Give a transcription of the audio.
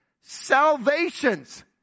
Salvations